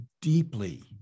deeply